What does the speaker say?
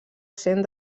sent